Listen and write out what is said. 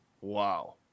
Wow